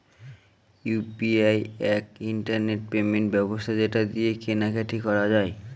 UPI এক internet payment ব্যবস্থা যেটা দিয়ে কেনা কাটি করা যায়